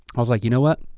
i was like you know what,